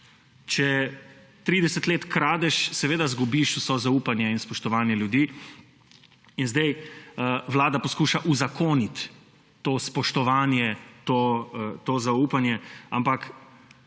Če 30 let kradeš, seveda izgubiš vse zaupanje in spoštovanje ljudi. Vlada zdaj poskuša uzakoniti to spoštovanje, to zaupanje. Ampak,